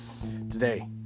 today